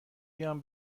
بیام